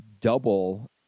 double